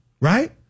right